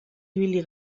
ibili